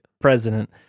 President